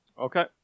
okay